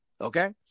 Okay